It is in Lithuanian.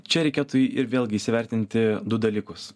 čia reikėtų ir vėlgi įsivertinti du dalykus